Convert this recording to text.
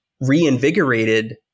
Reinvigorated